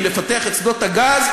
אם נפתח את שדות הגז,